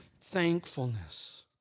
thankfulness